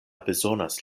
bezonas